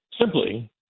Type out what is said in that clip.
simply